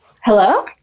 Hello